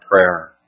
prayer